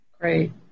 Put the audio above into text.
Great